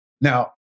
Now